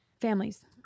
families